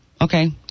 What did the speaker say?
Okay